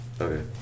Okay